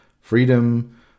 freedom